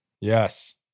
Yes